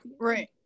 Right